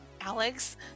alex